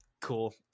Cool